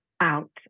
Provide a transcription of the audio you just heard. out